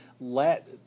let